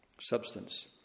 substance